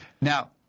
Now